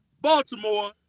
Baltimore